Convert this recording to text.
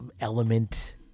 element